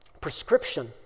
prescription